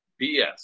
BS